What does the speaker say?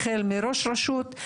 החל מראש רשות,